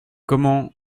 comment